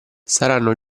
saranno